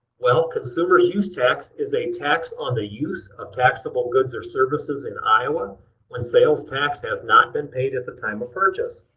well consumer's use tax is a tax on the use of taxable goods or services in iowa when sales tax has not been paid at the time of purchase.